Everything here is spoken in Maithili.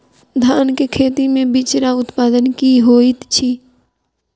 धान केँ खेती मे बिचरा उत्पादन की होइत छी?